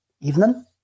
Evening